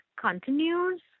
continues